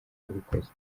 wabikoze